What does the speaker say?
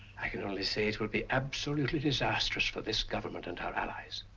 i can only say it will be absolutely disastrous for this government and our allies.